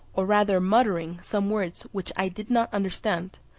or rather muttering, some words which i did not understand,